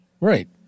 Right